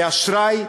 ואשראי,